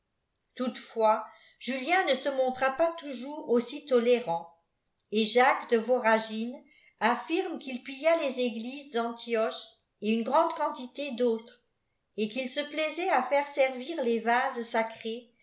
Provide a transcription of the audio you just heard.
toutefois julien ne se montra pas toujours aussi tolérant et jacques de voragine affirme qii il pilla les églises d'antioche et une grande quantité d'autres et qu'il se plaisait à faire servir les vases sacrés